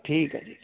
ਠੀਕ ਹੈ ਜੀ